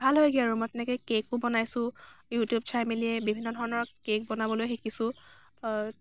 ভাল হয়গৈ আৰু মই তেনেকৈ কেকো বনাইছোঁ ইউটিউব চাই মেলিয়েই বিভিন্ন ধৰণৰ কেক বনাবলৈ শিকিছোঁ